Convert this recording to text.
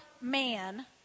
man